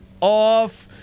off